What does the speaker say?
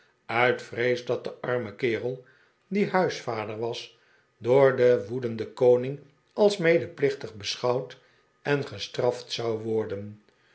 uit vrees dat de arme kerel die huisvader was door den woedenden koning als medeplichtig beschouwd en gestraft zou worden